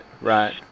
right